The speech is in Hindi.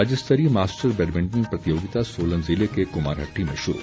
राज्यस्तरीय मास्टर बैडमिंटन प्रतियोगिता सोलन ज़िले के कुमारहट्टी में शुरू